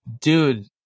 dude